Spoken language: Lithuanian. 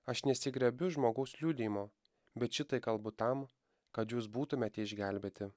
aš nesigriebiu žmogaus liudijimo bet šitai kalbu tam kad jūs būtumėte išgelbėti